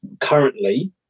currently